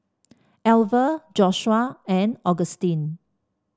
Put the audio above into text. Alver Joshua and Augustine